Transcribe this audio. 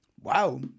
Wow